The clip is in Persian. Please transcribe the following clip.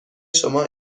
شما